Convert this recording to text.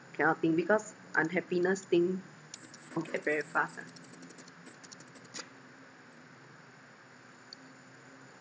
cannot think because unhappiness thing forget very fast ah